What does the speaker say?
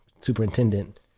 Superintendent